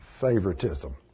favoritism